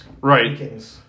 right